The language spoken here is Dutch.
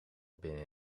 binnen